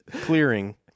clearing